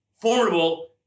formidable